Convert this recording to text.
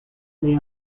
male